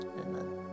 amen